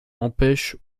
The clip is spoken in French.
empêche